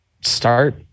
start